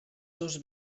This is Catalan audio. seus